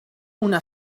una